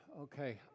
okay